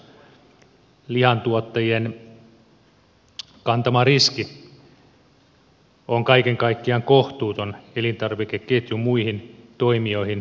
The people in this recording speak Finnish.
lihantuottajien kantama riski on kaiken kaikkiaan kohtuuton elintarvikeketjun muihin toimijoihin nähden